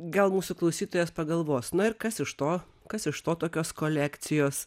gal mūsų klausytojas pagalvos na ir kas iš to kas iš to tokios kolekcijos